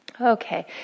Okay